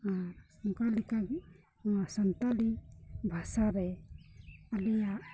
ᱟᱨ ᱚᱱᱠᱟ ᱞᱮᱠᱟᱜᱮ ᱱᱚᱣᱟ ᱥᱟᱱᱛᱟᱲᱤ ᱵᱷᱟᱥᱟ ᱨᱮ ᱟᱞᱮᱭᱟᱜ